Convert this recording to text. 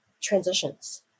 transitions